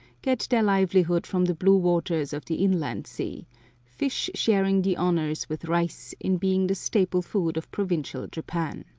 get their livelihood from the blue waters of the inland sea fish sharing the honors with rice in being the staple food of provincial japan.